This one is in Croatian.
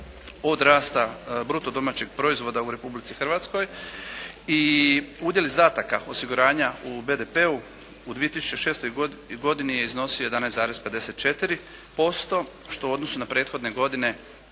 od rasta bruto domaćeg proizvoda u Republici Hrvatskoj i udjel izdataka osiguranja u BDP-u u 2006. godini je iznosio 11,54% što u odnosu na prethodne godine